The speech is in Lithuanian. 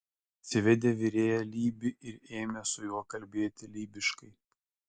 atsivedė virėją lybį ir ėmė su juo kalbėti lybiškai